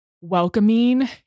welcoming